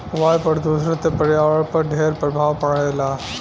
वायु प्रदूषण से पर्यावरण पर ढेर प्रभाव पड़ेला